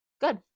good